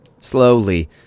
Slowly